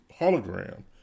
hologram